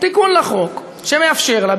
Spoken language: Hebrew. תיקון לחוק שמאפשר לה,